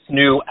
new